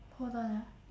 hold on ah